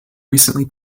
recently